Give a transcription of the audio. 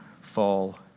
fall